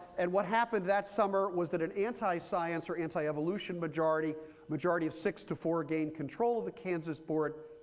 and what happened that summer was that an anti-science or anti-evolution majority majority of six to four gained control of the kansas board,